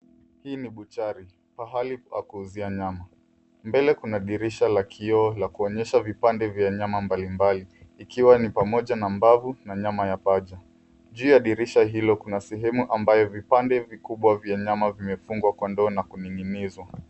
Hii ni cs[butchery]cs, pahali pa kuuzia nyama. Mbele kuna dirisha la kioo la kuonyesha vipande vya nyama mbalimbali ikiwa ni pamoja na mbavu na nyama ya paja. Juu ya dirisha hilo kuna sehemu ambayo vipande vikubwa vya nyama vimefungwa kwa ndoo na kuning'inizwa.